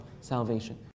salvation